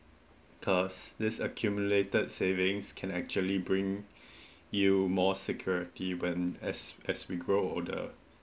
cause this accumulated savings can actually bring you more security when as as we grow older